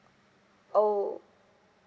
oh